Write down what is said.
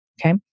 Okay